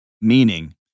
meaning